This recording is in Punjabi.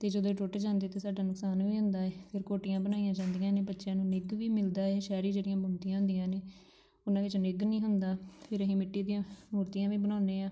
ਅਤੇ ਜਦੋਂ ਇਹ ਟੁੱਟ ਜਾਂਦੇ ਤਾਂ ਸਾਡਾ ਨੁਕਸਾਨ ਵੀ ਹੁੰਦਾ ਹੈ ਫਿਰ ਕੋਟੀਆਂ ਬਣਾਈਆਂ ਜਾਂਦੀਆਂ ਨੇ ਬੱਚਿਆਂ ਨੂੰ ਨਿੱਘ ਵੀ ਮਿਲਦਾ ਹੈ ਸ਼ਹਿਰੀ ਜਿਹੜੀਆਂ ਬੁਣਤੀਆਂ ਹੁੰਦੀਆਂ ਨੇ ਉਹਨਾਂ ਵਿੱਚ ਨਿੱਘ ਨਹੀਂ ਹੁੰਦਾ ਫਿਰ ਅਸੀਂ ਮਿੱਟੀ ਦੀਆਂ ਮੂਰਤੀਆਂ ਵੀ ਬਣਾਉਂਦੇ ਹਾਂ